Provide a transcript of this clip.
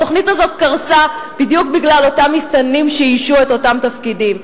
התוכנית הזאת קרסה בדיוק בגלל אותם מסתננים שאיישו את אותם תפקידים.